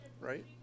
right